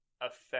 affect